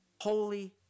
holy